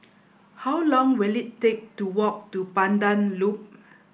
how long will it take to walk to Pandan Loop